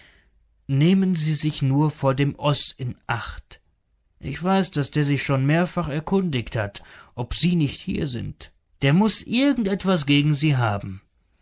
nehmen sie sich nur vor dem oß in acht ich weiß daß der sich schon mehrfach erkundigt hat ob sie nicht hier sind der muß irgend etwas gegen sie haben